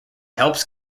helps